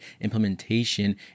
implementation